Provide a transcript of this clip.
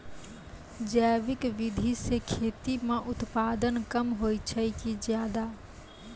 जैविक विधि से खेती म उत्पादन कम होय छै कि ज्यादा?